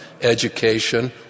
education